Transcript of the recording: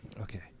Okay